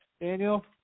Daniel